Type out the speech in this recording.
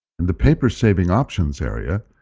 in the paper saving options area,